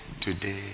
today